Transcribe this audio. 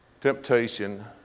temptation